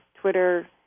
Twitter